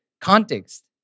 context